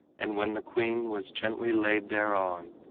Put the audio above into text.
and when the queen was gently laid thereon,